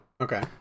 okay